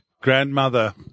grandmother